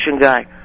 guy